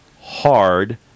hard